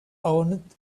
owned